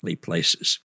places